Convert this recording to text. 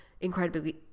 incredibly